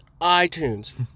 iTunes